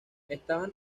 estaban